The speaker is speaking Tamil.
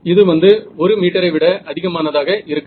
இது வந்து 1 மீட்டரை விட அதிகமானதாக இருக்காது